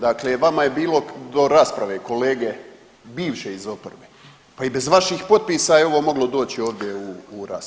Dakle, vama je bilo do rasprave kolege bivše iz oporbe, pa i bez vaših potpisa je ovo moglo doći ovdje u raspravu.